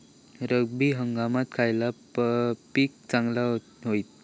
रब्बी हंगामाक खयला पीक चांगला होईत?